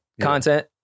content